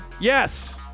Yes